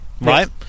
right